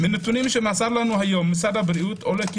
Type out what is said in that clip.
מהנתונים שמסר לנו היום משרד הבריאות עולה כי